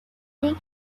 thing